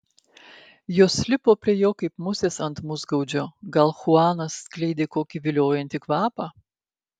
jos lipo prie jo kaip musės ant musgaudžio gal chuanas skleidė kokį viliojantį kvapą